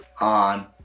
on